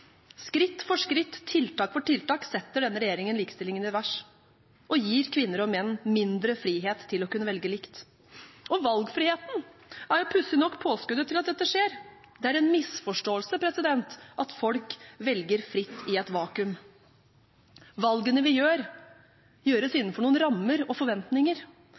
Skritt for skritt, tiltak for tiltak setter denne regjeringen likestillingen i revers og gir kvinner og menn mindre frihet til å kunne velge likt. Og valgfriheten er jo pussig nok påskuddet for at dette skjer, det er en misforståelse at folk velger fritt i et vakuum. Valgene vi gjør, gjøres innenfor noen rammer og forventninger.